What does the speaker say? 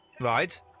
Right